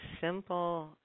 simple